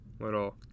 Little